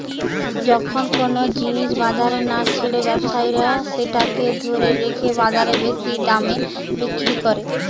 যখন কুনো জিনিস বাজারে না ছেড়ে ব্যবসায়ীরা সেটাকে ধরে রেখে বাজারে বেশি দামে বিক্রি কোরে